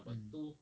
mm